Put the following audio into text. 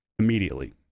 immediately